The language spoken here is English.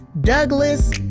Douglas